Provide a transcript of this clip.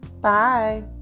bye